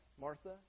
Martha